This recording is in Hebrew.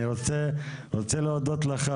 אני רוצה להודות לך,